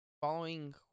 following